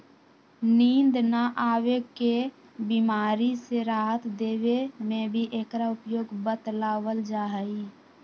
नींद न आवे के बीमारी से राहत देवे में भी एकरा उपयोग बतलावल जाहई